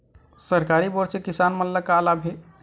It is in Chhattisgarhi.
सरकारी बोर से किसान मन ला का लाभ हे?